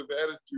attitude